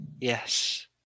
Yes